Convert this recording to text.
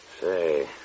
Say